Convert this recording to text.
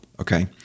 Okay